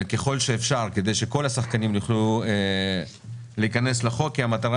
ככל שאפשר כדי שכל השחקנים יוכלו להיכנס לחוק כי המטרה